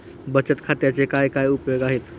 बचत खात्याचे काय काय उपयोग आहेत?